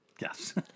Yes